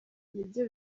nibyo